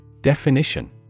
Definition